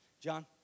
John